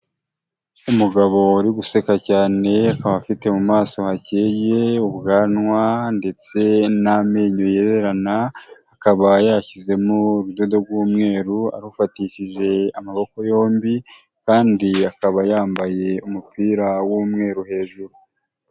Umugabo uri guseka cyane, afite mu maso hakeye, ubwanwa ndetse n'amenyo yerana, akaba yashyize mo urudodo rw'umweru, arufatishije amaboko yombi kandi akaba yambaye umupira w'umweru hejuru.